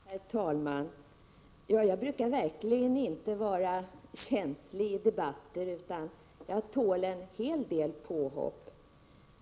Herr talman! Jag brukar verkligen inte vara känslig i debatter, utan jag tål en hel del påhopp.